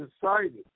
decided